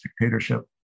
dictatorship